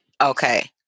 Okay